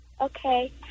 Okay